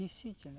ᱦᱤᱥᱤ ᱪᱮᱬᱮ